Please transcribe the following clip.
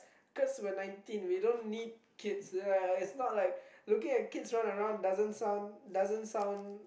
cause we're nineteen we don't need kids like it's not like looking at kids run around doesn't sound doesn't sound